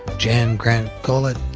jan grant gullet,